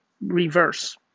reverse